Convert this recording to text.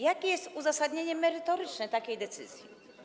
Jakie jest uzasadnienie merytoryczne takiej decyzji?